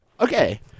Okay